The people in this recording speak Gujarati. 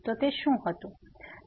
તો શું હતું